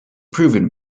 proven